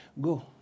Go